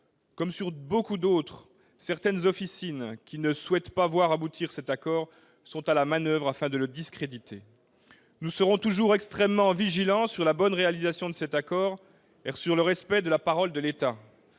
comme sur beaucoup d'autres, certaines officines, qui ne souhaitent pas voir aboutir cet accord, sont à la manoeuvre, afin de le discréditer. Nous serons toujours extrêmement vigilants sur la bonne réalisation de cet accord et sur le respect de la parole de l'État.